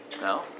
no